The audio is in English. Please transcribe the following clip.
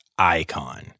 icon